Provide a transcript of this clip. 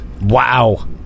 wow